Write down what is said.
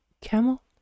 Camel